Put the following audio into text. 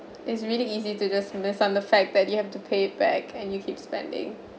it's really easy to just the fact that you have to pay back and you keep spending